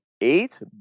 eight